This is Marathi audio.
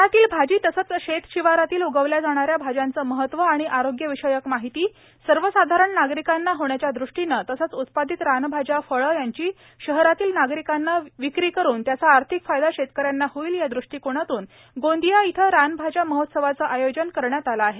रानातील भाजी तसेच शेत शिवारातील उगवल्या जाणाऱ्या भाज्याचे महत्व आणि आरोग्य विषयक माहिती सर्वसाधारण नागरिकांना होण्याच्या दृष्टीने तसेच उत्पादित रानभाज्याफळे यांचे शहरातील नागरिकांना विकून त्याचा आर्थिक फायदा शेतकऱ्यांना होईल या दृष्टीकोनातून गोंदिया इथं रानभाज्या महोत्सवाचे आयोजन करण्यात आलं आहे